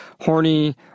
horny